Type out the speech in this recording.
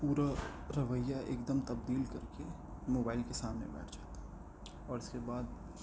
پورا رویہ ایک دم تبدیل کر کے موبائل کے سامنے بیٹھ جاتا ہوں اور اس کے بعد